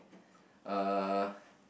uh